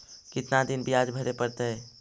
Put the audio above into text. कितना दिन बियाज भरे परतैय?